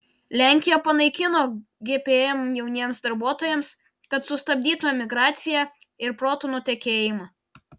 lenkija panaikino gpm jauniems darbuotojams kad sustabdytų emigraciją ir protų nutekėjimą